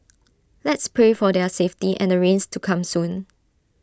let's pray for their safety and rains to come soon